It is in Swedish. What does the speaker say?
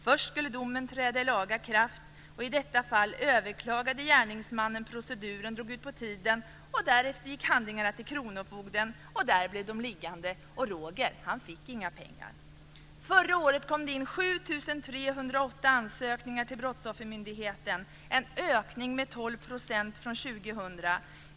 Först skulle domen träda i laga kraft, och i detta fall överklagade gärningsmannen. Proceduren drog ut på tiden. Därefter gick handlingarna till kronofogden, och där blev de liggande. Roger fick inga pengar. 2000.